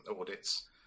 audits